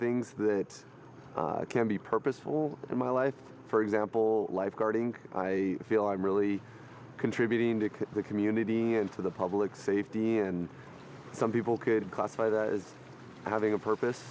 things that can be purposeful in my life for example lifeguarding i feel i'm really contributing to the community and for the public safety and some people could classify that as having a purpose